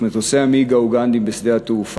את מטוסי ה"מיג" האוגנדיים בשדה התעופה.